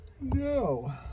No